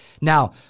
Now